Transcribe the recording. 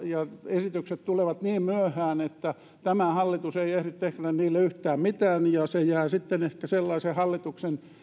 esitykset tulevat niin myöhään että tämä hallitus ei ehdi tehdä niille yhtään mitään ja se jää sitten ehkä sellaisen hallituksen